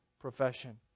profession